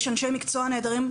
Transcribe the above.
יש אנשי מקצוע נהדרים.